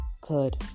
good